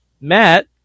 Matt